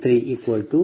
3 0